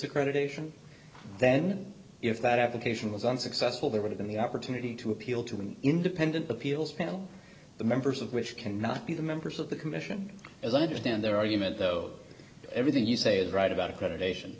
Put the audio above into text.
accreditation then if that application was unsuccessful they were given the opportunity to appeal to an independent appeals panel the members of which cannot be the members of the commission as i understand their argument though everything you say is right about accreditation